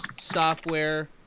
software